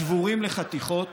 שבורים לחתיכות.